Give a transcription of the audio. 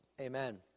Amen